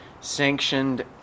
sanctioned